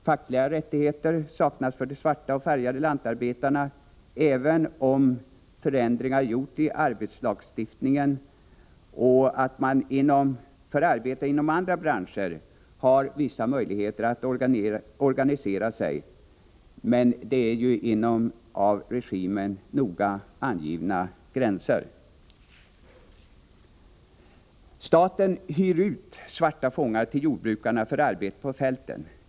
Fackliga rättigheter saknas för de svarta och färgade lantarbetarna, trots att förändringar gjorts i arbetslagstiftningen och man inom andra branscher har vissa möjligheter att organisera sig. Men det är inom av regimen noga angivna gränser. Staten ”hyr ut” svarta fångar till jordbrukarna för arbete på fälten.